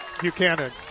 Buchanan